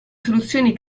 soluzioni